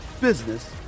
business